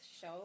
show